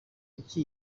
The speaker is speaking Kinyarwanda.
kuki